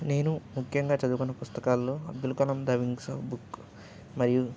నేను ముఖ్యంగా చదువుకున్న పుస్తకాాల్లో Abdul Kalam the wings book మరియు